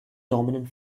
dominant